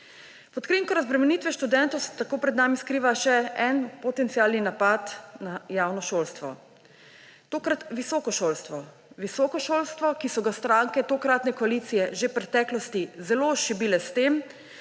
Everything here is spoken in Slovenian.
Pod krinko razbremenitve študentov se tako pred nami skriva še en potencialni napad na javno šolstvo, tokrat visoko šolstvo; visoko šolstvo, ki so ga stranke tokratne koalicije že v preteklosti zelo šibile s tem,